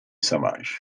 savage